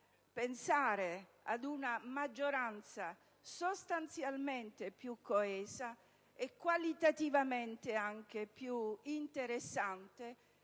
pensare ad una maggioranza sostanzialmente più coesa e qualitativamente anche più interessante